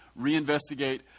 reinvestigate